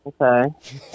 Okay